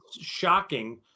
shocking